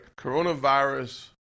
coronavirus